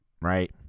right